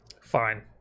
fine